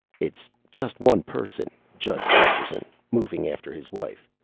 it's just one person, judged gusterson, moving after his wife.